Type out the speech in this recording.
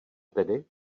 tedy